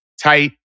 tight